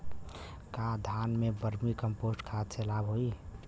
का धान में वर्मी कंपोस्ट खाद से लाभ होई?